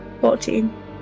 Fourteen